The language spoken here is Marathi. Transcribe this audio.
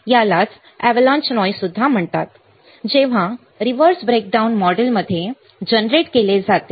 जेव्हा रिव्हर्स ब्रेकडाउन मॉडेलमध्ये जनरेट केले जाते